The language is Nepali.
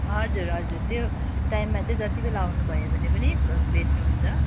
हजुर हजुर त्यो टाइममा चाहिँ जति बेला आउनु भयो भने पनि भेट्नुहुन्छ